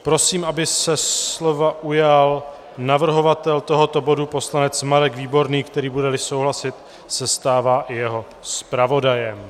Prosím, aby se slova ujal navrhovatel tohoto bodu, poslanec Marek Výborný, který se, budeli souhlasit, stává i jeho zpravodajem.